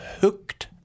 hooked